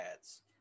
ads